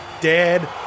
dead